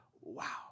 wow